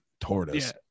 tortoise